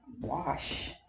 wash